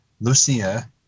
Lucia